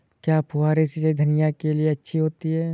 क्या फुहारी सिंचाई धनिया के लिए अच्छी होती है?